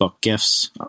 gifts